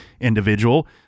individual